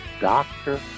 doctor